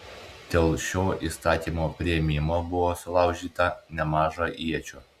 dėl šio įstatymo priėmimo buvo sulaužyta nemaža iečių